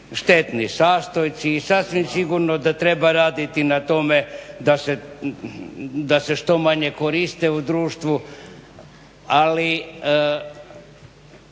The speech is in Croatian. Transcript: štetni sastojci i sasvim sigurno da treba raditi na tome da se što manje koriste u društvu, ali